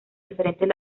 diferentes